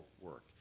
work